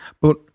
But—